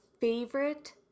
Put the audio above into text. favorite